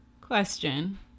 Question